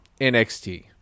NXT